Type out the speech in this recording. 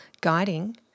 guiding